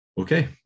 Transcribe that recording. okay